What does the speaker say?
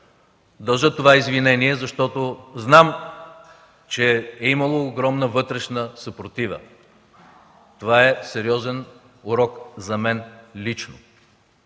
Дължа това извинение, защото знам, че е имало огромна вътрешна съпротива. Това е сериозен урок за мен лично.